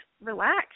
relax